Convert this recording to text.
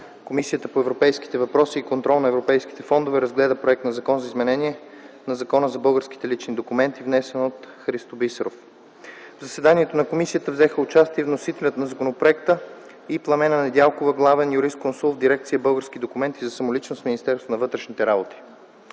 Комисията по европейските въпроси и контрол на европейските фондове разгледа Законопроект за изменение на Закона за българските лични документи, внесен от Христо Бисеров. В заседанието на Комисията взеха участие вносителят на законопроекта и Пламена Недялкова – главен юрисконсулт в дирекция „Български документи за самоличност” в Министерство на вътрешните работи.